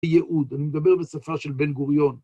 יהוד, אני מדבר בשפה של בן גוריון.